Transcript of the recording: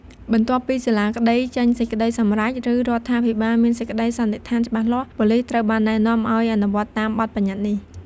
បន្ទាប់ពីសាលាក្តីចេញសេចក្ដីសម្រេច ឬរដ្ឋាភិបាលមានសេចក្ដីសន្និដ្ឋានច្បាស់លាស់ ប៉ូលីសត្រូវបានណែនាំឲ្យអនុវត្តតាមបទបញ្ញត្តិនេះ។